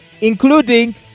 including